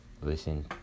listen